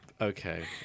Okay